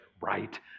right